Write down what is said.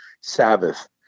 Sabbath